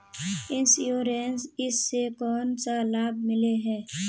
Insurance इस से कोन सा लाभ मिले है?